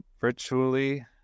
virtually